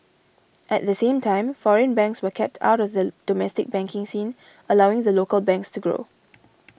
at the same time foreign banks were kept out of the domestic banking scene allowing the local banks to grow